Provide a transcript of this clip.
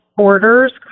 orders